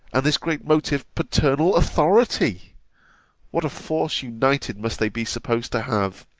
and this great motive paternal authority what a force united must they be supposed to have,